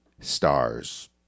stars